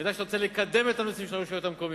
אני יודע שאתה רוצה לקדם את הנושאים של הרשויות המקומיות.